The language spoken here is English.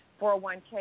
401K